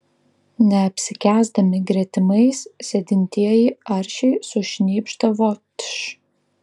neapsikęsdami gretimais sėdintieji aršiai sušnypšdavo tš